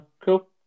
cool